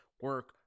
Work